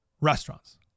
restaurants